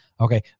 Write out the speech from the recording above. Okay